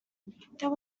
there